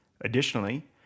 Additionally